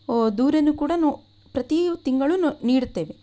ದೂರನ್ನು ಕೂಡ ನಾವು ಪ್ರತಿ ತಿಂಗಳು ನೊ ನೀಡುತ್ತೇವೆ